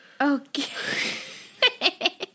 okay